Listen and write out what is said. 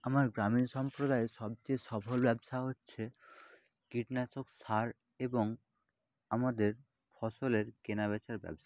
আমার গ্রামীণ সম্প্রদায়ের সবচেয়ে সফল ব্যবসা হচ্ছে কীটনাশক সার এবং আমাদের ফসলের কেনা বেচার ব্যবসা